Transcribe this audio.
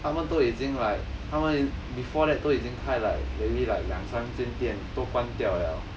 他们都已经 like 他们已 before that 都已经开 like maybe like 两三间店都关掉了